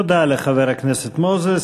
תודה לחבר הכנסת מוזס.